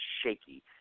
shaky